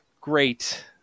great